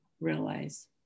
realize